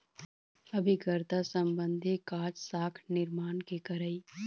अभिकर्ता संबंधी काज, साख निरमान के करई